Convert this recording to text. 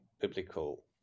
biblical